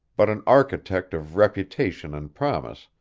but an architect of reputation and promise,